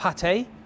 pate